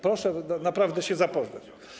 Proszę naprawdę się zapoznać.